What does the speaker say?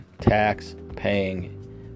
tax-paying